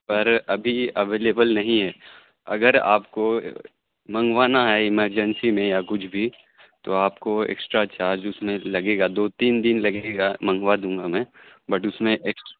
پر ابھی اویلیبل نہیں ہے اگر آپ کو منگوانا ہے ایمرجنسی میں یا کچھ بھی تو آپ کو ایکسٹرا چارج اس میں لگے گا دو تین دن لگے گا منگوا دوں گا میں بٹ اس میں